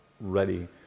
ready